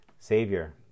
Savior